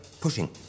pushing